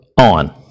on